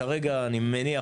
כרגע אני מניח,